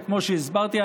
וכמו שהסברתי,